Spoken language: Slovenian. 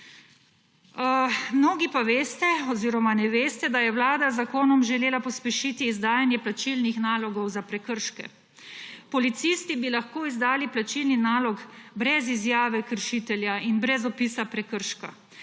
Mnogi pa veste oziroma ne veste, da je Vlada z zakonom želela pospešiti izdajanje plačilnih nalogov za prekrške. Policisti bi lahko izdali plačilni nalog brez izjave kršitelja in brez opisa prekrška.